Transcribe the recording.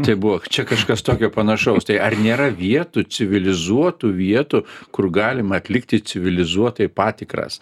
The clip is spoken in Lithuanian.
tai buvo čia kažkas tokio panašaus tai ar nėra vietų civilizuotų vietų kur galima atlikti civilizuotai patikras